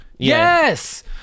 Yes